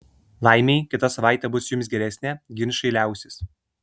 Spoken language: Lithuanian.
laimei kita savaitė bus jums geresnė ginčai liausis